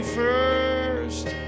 first